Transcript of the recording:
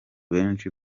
benshi